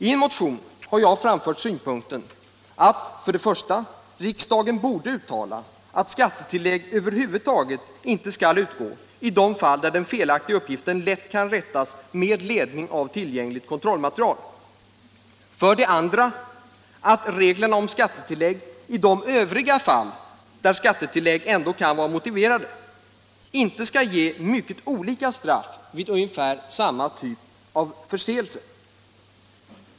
I en motion har jag framfört för det första att riksdagen borde uttala att skattetillägg över huvud taget inte skall utgå i de fall där den felaktiga uppgiften lätt kan rättas med ledning av tillgängligt kontrollmaterial; för det andra att reglerna om skattetillägg i de övriga fall där sådana regler ändå kan vara motiverade inte skall kunna resultera i mycket olika straff vid ungefär samma typ av förseelser.